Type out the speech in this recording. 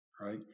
right